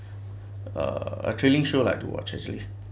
a thrilling show like to watch actually